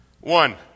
One